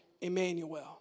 Emmanuel